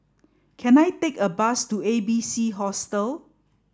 can I take a bus to A B C Hostel